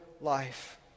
life